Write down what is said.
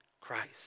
Christ